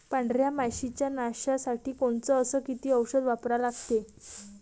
पांढऱ्या माशी च्या नाशा साठी कोनचं अस किती औषध वापरा लागते?